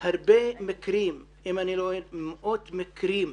הרבה מקרים, אם אני לא טועה מאות מקרים,